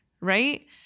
Right